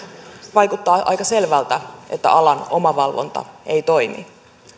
vaikuttaa aika selvältä että alan omavalvonta ei toimi